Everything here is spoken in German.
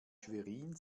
schwerin